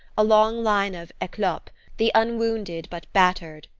a long line of eclopes the unwounded but battered,